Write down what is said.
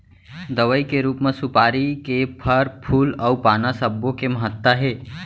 दवई के रूप म सुपारी के फर, फूल अउ पाना सब्बो के महत्ता हे